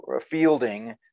fielding